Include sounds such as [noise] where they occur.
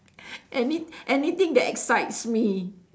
[breath] any anything that excites me